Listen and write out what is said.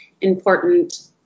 important